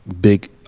big